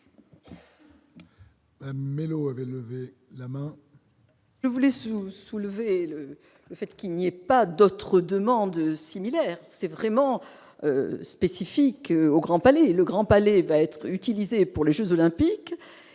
l'eau avait levé la main. Je vous les ou soulever le fait qu'il n'y ait pas d'autres demandes similaires, c'est vraiment spécifique au Grand Palais, le Grand Palais va être utilisé pour les Jeux olympiques